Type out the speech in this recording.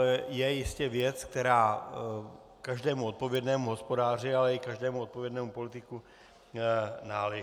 To je jistě věc, která každému odpovědnému hospodáři, ale i každému odpovědnému politikovi náleží.